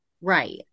Right